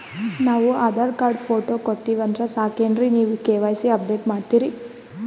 ನಾವು Aadhaar card, photo ಕೊಟ್ಟೀವಂದ್ರ ಸಾಕೇನ್ರಿ ನೀವ ಕೆ.ವೈ.ಸಿ ಅಪಡೇಟ ಮಾಡ್ತೀರಿ?